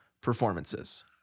performances